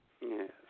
Yes